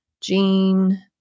Jean